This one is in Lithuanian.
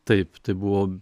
taip tai buvo